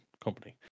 company